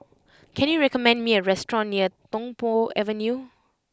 can you recommend me a restaurant near Tung Po Avenue